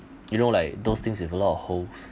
you know like those things with a lot of holes